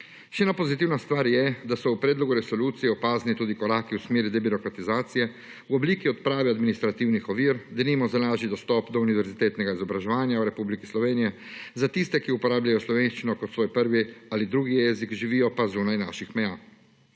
Še ena pozitivna stvar je, da so v predlogu resolucije opazni tudi koraki v smeri debirokratizacije, 88. TRAK (VI) 16.15 (Nadaljevanje) v obliki odprave administrativnih ovir, denimo za lažji dostop do univerzitetnega izobraževanja v Republiki Sloveniji za tiste, ki uporabljajo slovenščino kot svoj prvi ali drugi jezik živijo pa zunaj naših meja.